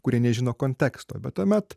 kurie nežino konteksto bet tuomet